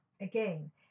Again